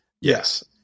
Yes